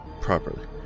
properly